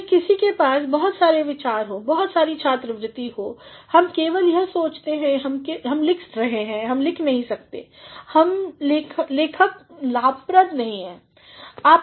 चाहे किसी के पास बहुत सारे विचार हो बहुत सारी छात्रवृति हो हम केवल यह सोचते हैं कि हम लिख नहीं सकते जब तक लेखनलाभप्रदनहीं